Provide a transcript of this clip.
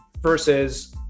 versus